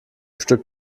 stück